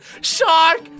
SHARK